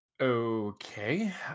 Okay